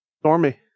Stormy